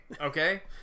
Okay